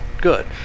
good